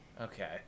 Okay